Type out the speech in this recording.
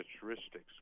characteristics